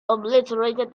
obliterated